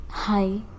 Hi